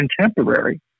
contemporary